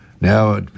Now